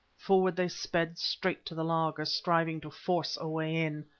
forward they sped straight to the laager, striving to force a way in.